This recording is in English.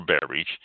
beverage